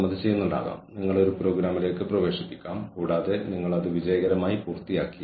അതിനാൽ ഈ input output loop input പ്രോസസും ഔട്ട്പുട്ട് ലൂപ്പും കാലാകാലങ്ങളിൽ വരുന്ന ഫീഡ്ബാക്കിനൊപ്പം പൂർത്തിയായി